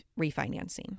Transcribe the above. refinancing